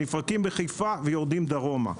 שנפרקים בחיפה ויורדים דרומה.